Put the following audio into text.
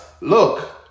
look